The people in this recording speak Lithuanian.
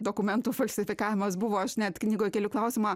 dokumentų falsifikavimas buvo aš net knygoj keliu klausimą